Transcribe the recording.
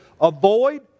avoid